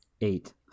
Eight